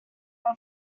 are